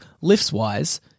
lifts-wise